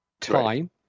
time